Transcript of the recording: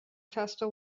faster